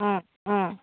অঁ অঁ